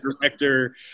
director